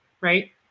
Right